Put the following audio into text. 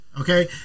Okay